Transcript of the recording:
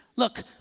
look,